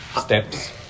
steps